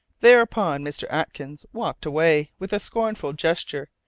thereupon mr. atkins walked away, with a scornful gesture,